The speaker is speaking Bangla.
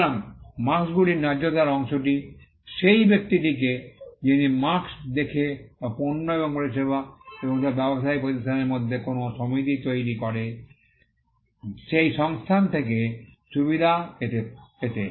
সুতরাং মার্ক্স্ গুলির ন্যায্যতার অংশটি সেই ব্যক্তিটিকে যিনি সেই মার্ক্স্ থেকে বা পণ্য এবং পরিষেবা এবং তার ব্যবসায়িক প্রতিষ্ঠানের মধ্যে কোনও সমিতি তৈরি করে সেই সংস্থান থেকে সুবিধা পেতে